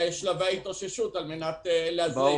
מה שלבי ההתאוששות כדי להזרים.